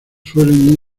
suelen